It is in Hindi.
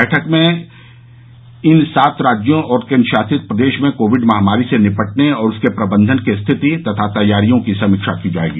बैठक के दौरान इन सात राज्यों और केन्द्रशासित प्रदेश में कोविड महामारी से निपटने और उसके प्रबंधन की स्थिति तथा तैयारियों की समीक्षा की जाएगी